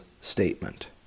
statement